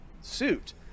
suit